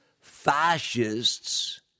fascists